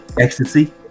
ecstasy